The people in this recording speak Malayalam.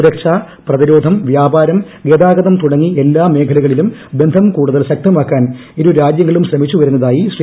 സുരക്ഷാ പ്രതിരോധം വ്യാപാരം ഗതാഗതം തുടങ്ങി എല്ലാ മേഖലകളിലും ബന്ധം കൂടുതൽ ശക്തമാക്കാൻ ഇരു രാജ്യങ്ങ്ങളും ശ്രമിച്ചുവരുന്നതായി ശ്രീ